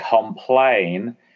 complain